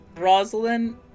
Rosalind